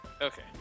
Okay